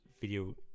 video